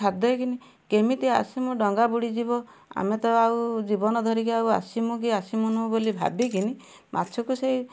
ଛାଡ଼ି ଦେଇକିନି କେମିତି ଆସିମୁ ଡଙ୍ଗା ବୁଡ଼ିଯିବ ଆମେ ତ ଆଉ ଜୀବନ ଧରିକି ଆଉ ଆସିମୁ କି ଆସିମୁନୁ ବୋଲି ଭାବିକିନି ମାଛକୁ ସେଇ